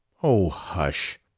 oh, hush!